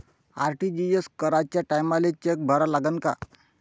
RTGS कराच्या टायमाले cheque भरा लागन का?